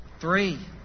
Three